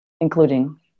including